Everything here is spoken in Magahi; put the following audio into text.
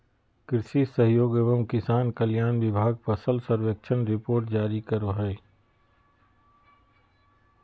कृषि सहयोग एवं किसान कल्याण विभाग फसल सर्वेक्षण रिपोर्ट जारी करो हय